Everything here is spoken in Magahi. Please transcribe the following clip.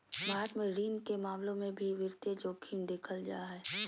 भारत मे ऋण के मामलों मे भी वित्तीय जोखिम देखल जा हय